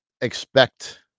expect